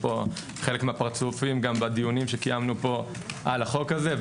חלק מהפרצופים פה היו פה בדיונים שקיימנו פה על החוק הזה,